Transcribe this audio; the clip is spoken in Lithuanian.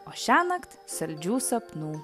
o šiąnakt saldžių sapnų